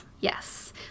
Yes